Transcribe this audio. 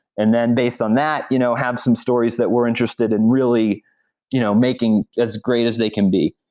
and then based on that, you know have some stories that we're interested and really you know making as great as they can be.